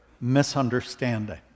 misunderstanding